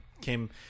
came